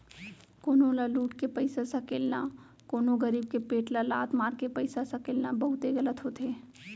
कोनो ल लुट के पइसा सकेलना, कोनो गरीब के पेट ल लात मारके पइसा सकेलना बहुते गलत होथे